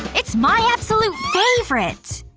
it's my absolute favorite!